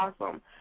awesome